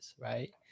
right